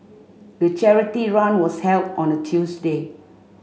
the charity run was held on a Tuesday